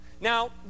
now